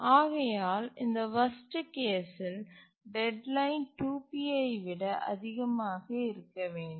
ஆகையால் இந்த worst case இல் டெட்லைன் 2P ஐ விட அதிகமாக இருக்க வேண்டும்